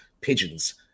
pigeons